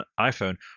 iPhone